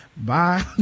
bye